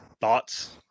Thoughts